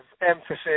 emphasis